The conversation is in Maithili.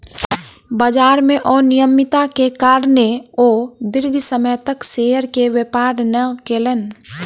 बजार में अनियमित्ता के कारणें ओ दीर्घ समय तक शेयर के व्यापार नै केलैन